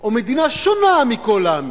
או מדינה שונה מכל העמים?